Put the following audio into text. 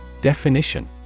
Definition